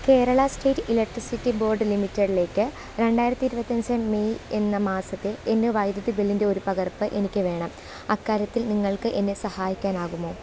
Kerala state electricity board ലിമിറ്റഡിലേക്ക് രണ്ടായിരത്തി ഇരുവപത്തി അഞ്ച് മെയ് എന്ന മാസത്തെ എൻ്റെ വൈദ്യുതി ബില്ലിൻ്റെ ഒരു പകർപ്പ് എനിക്ക് വേണം അക്കാര്യത്തിൽ നിങ്ങൾക്ക് എന്നെ സഹായിക്കാനാകുമോ